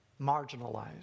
marginalized